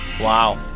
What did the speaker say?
wow